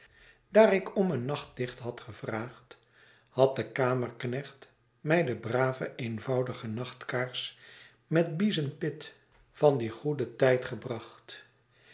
ik om een nachtlichthadgevraagd had de kamerknecht mij de brave eenvoudige nachtkaars met biezen pit van dien goeden tijd gebracht